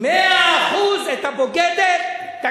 ובוגדת במילואימניקים.